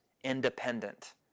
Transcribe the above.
independent